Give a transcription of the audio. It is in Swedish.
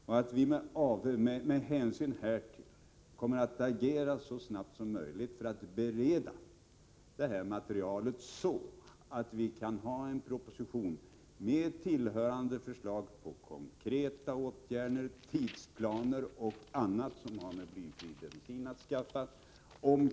Vi kommer med hänsyn härtill att agera så snabbt som möjligt för att bereda detta material, så att vi omkring årsskiftet kan få fram en proposition med tillhörande förslag på konkreta åtgärder, tidsplaner och annat som har med blyfri bensin att skaffa.